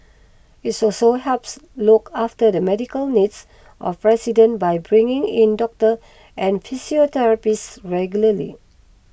it's also helps look after the medical needs of residents by bringing in doctors and physiotherapists regularly